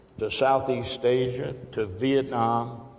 to south east asia, to vietnam,